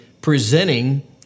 presenting